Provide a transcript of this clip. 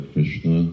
Krishna